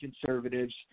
conservatives